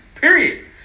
period